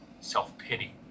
self-pity